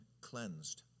cleansed